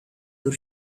your